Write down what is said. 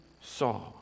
saw